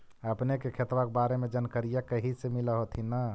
अपने के खेतबा के बारे मे जनकरीया कही से मिल होथिं न?